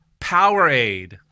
Powerade